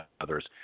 others